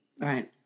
Right